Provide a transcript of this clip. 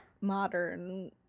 modern